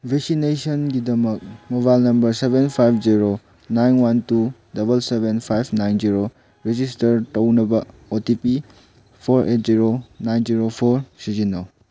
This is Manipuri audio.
ꯚꯦꯛꯁꯤꯅꯦꯁꯟꯒꯤꯗꯃꯛ mobile number seven five zero nine one two double seven five nine zero register ꯇꯧꯅꯕ O T P for eight zero nine zero four ꯁꯤꯖꯤꯟꯅꯧ